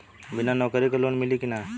बिना नौकरी के लोन मिली कि ना?